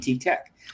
tech